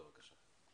בבקשה.